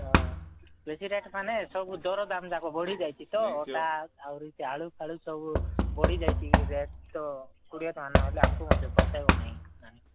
ହଁ ବେଶୀ ରେଟ୍ ମାନେ ସବୁ ଦର ଦାମ୍ ଯାକ ବଢ଼ିଯାଇଛି ତ ଅଟା ଆହୁରି ସେ ଆଳୁ ଫାଳୁ ସବୁ ବଢ଼ିଯାଇଛି ରେଟ୍ ତ କୋଡ଼ିଏ ଟଙ୍କା ନହେଲେ ଆମକୁ ମଧ୍ୟ ପୋଷେଇବ ନାହିଁ ନାନୀ